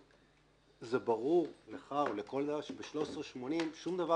זה ברור לך ולכל אחד שב-13.80 שום דבר